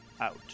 Out